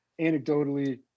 anecdotally